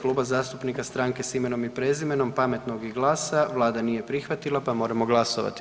Kluba zastupnika Stranke s imenom i prezimenom, Pametnog i GLAS-a vlada nije prihvatila, pa moramo glasovati.